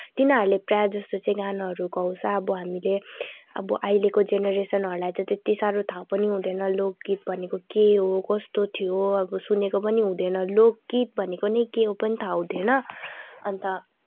तिनीहरूले प्रायः जस्तो चाहिँ गानाहरू गाउँछ अब हामीले अब अहिलेको जेनेरेसनहरूलाई त त्यति साह्रो थाहा पनि हुँदैन लोकगीत भनेको के हो कस्तो थियो अब सुनेको पनि हुँदैन लोकगीत भनेको नै के हो पनि थाहा हुँदैन अन्त